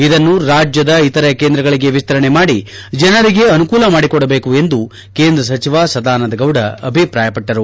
ಇದನ್ನು ರಾಜ್ಯದ ಇತರೆ ಕೇಂದ್ರಗಳಿಗೆ ವಿಸ್ತರಣೆ ಮಾಡಿ ಜನರಿಗೆ ಅನುಕೂಲ ಮಾಡಿಕೊಡಬೇಕು ಎಂದು ಕೇಂದ್ರ ಸಚಿವ ಸದಾನಂದಗೌಡ ಅಭಿಪ್ರಾಯವಟ್ಟರು